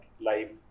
life